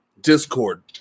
Discord